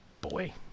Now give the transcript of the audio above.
Boy